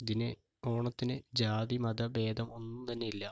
ഇതിന് ഓണത്തിന് ജാതി മത ഭേദം ഒന്നും തന്നെ ഇല്ല